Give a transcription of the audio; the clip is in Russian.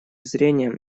зрения